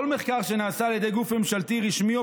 כל מחקר שנעשה על ידי גוף ממשלתי רשמי או